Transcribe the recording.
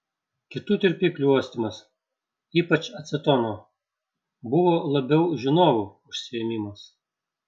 kitų tirpiklių uostymas ypač acetono buvo labiau žinovų užsiėmimas